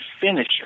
finisher